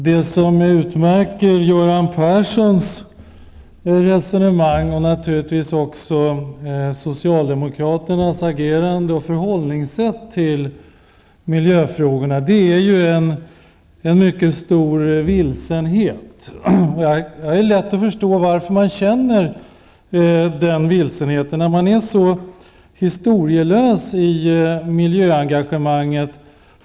Fru talman! Utmärkande för Göran Perssons resonemang, och naturligtvis också socialdemokraternas agerande och förhållningssätt i miljöäfrågorna, är en mycket stor vilsenhet. Jag har lätt att förstå varför man känner en sådan vilsenhet, när man är så historielös i miljöengagemanget.